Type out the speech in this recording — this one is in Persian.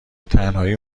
تنهایی